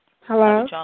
Hello